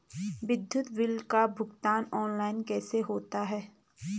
विद्युत बिल का भुगतान ऑनलाइन कैसे होता है?